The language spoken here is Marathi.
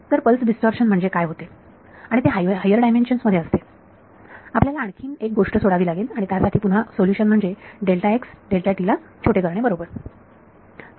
तर पल्स डीस्टॉर्शन म्हणजे काय होते आणि ते हायर डायमेन्शन्स मध्ये असते आपल्याला आणखीन एक गोष्ट सोडावी लागेल आणि पुन्हा त्यासाठी सोल्युशन म्हणजे ना छोटे करणे बरोबर